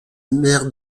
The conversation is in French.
mère